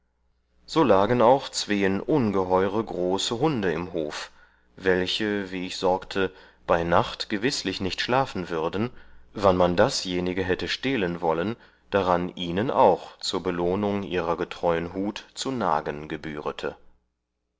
so lagen auch zween ungeheure große hunde im hof welche wie ich sorgte bei nacht gewißlich nicht schlafen würden wann man dasjenige hätte stehlen wollen daran ihnen auch zu belohnung ihrer getreuen hut zu nagen gebührete